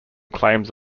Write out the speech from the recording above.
claims